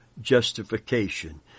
justification